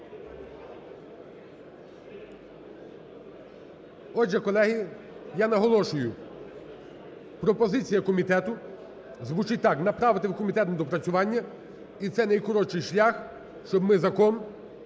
Отже, колеги, я наголошую пропозиція комітету звучить так: направити в комітет на доопрацювання і це найкоротший шлях, щоб ми закон